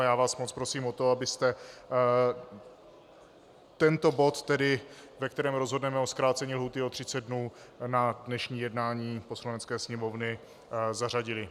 Já vás moc prosím o to, abyste tento bod, ve kterém rozhodneme o zkrácení lhůty o 30 dnů, na dnešní jednání Poslanecké sněmovny zařadili.